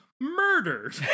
murdered